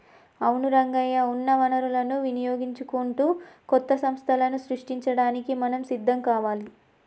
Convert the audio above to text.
అవును రంగయ్య ఉన్న వనరులను వినియోగించుకుంటూ కొత్త సంస్థలను సృష్టించడానికి మనం సిద్ధం కావాలి